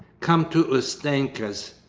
come to ustenka's,